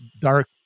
dark